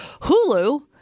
Hulu